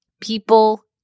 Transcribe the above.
people